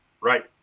right